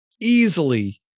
easily